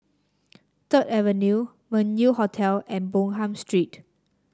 Third Avenue Meng Yew Hotel and Bonham Street